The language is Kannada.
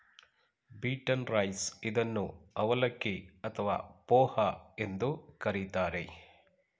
ಬೀಟನ್ನ್ ರೈಸ್ ಇದನ್ನು ಅವಲಕ್ಕಿ ಅಥವಾ ಪೋಹ ಎಂದು ಕರಿತಾರೆ